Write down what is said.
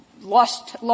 lost